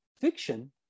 fiction